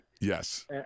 yes